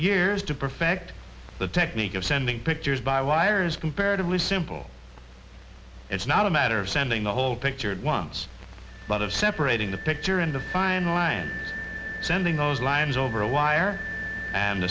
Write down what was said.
years to perfect the technique of sending pictures by wires comparatively simple it's not a matter of sending the whole picture at once but of separating the picture and the fine lines sending those lines over a wire and